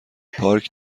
پارک